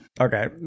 Okay